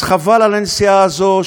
אז חבל על הנסיעה הזו,